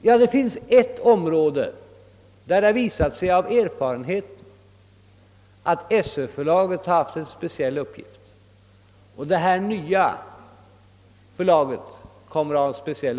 Ja, det finns ett område där det visat sig att Sö-förlaget haft en speciell uppgift och där också det nya förlaget kommer att få det.